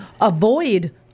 Avoid